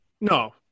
No